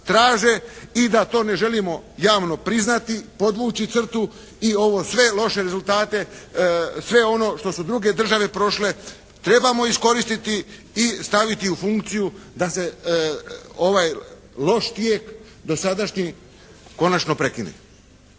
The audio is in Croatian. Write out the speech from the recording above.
i da to ne želimo javno priznati, podvući crtu i ovo sve, loše rezultate, sve ono što su druge države prošle trebamo iskoristiti i staviti u funkciju da se ovaj loš tijek dosadašnji konačno prekine.